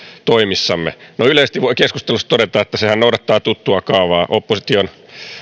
toimissamme yleisesti voin keskustelusta todeta että sehän noudattaa tuttua kaavaa opposition